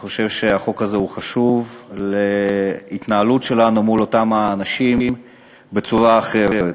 אני חושב שהחוק הזה חשוב להתנהלות שלנו מול אותם אנשים בצורה אחרת.